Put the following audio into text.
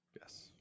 Yes